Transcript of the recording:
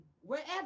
wherever